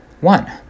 One